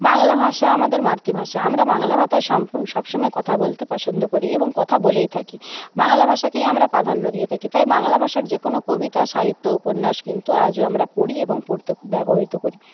বাংলা ভাষা আমাদের মাতৃভাষা আমরা বাংলা ভাষায় সম্পূর্ণ সবসময় কথা বলতে পছন্দ করি এবং কথা বলেই থাকি বাংলা ভাষাকেই আমরা প্রাধান্য দিয়ে থাকি তাই বাংলা ভাষার যেকোনো কবিতা সাহিত্য উপন্যাস কিন্তু আজও আমরা পড়ি এবং পড়তে খুব ব্যবহৃত করি